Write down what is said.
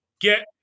get